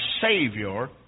Savior